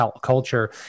culture